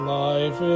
life